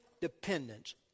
dependence